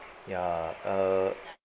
ya uh